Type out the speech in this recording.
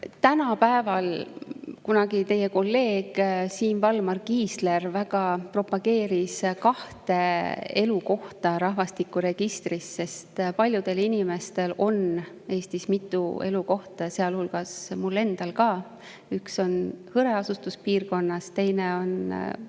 on privileeg. Kunagi teie kolleeg Siim Valmar Kiisler väga propageeris kahte elukohta rahvastikuregistris. Tänapäeval on paljudel inimestel Eestis mitu elukohta, sealhulgas mul endal. Üks on hõreasustuspiirkonnas, teine on siin